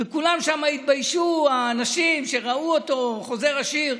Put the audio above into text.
וכולם שם התביישו, האנשים שראו אותו חוזר עשיר.